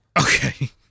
okay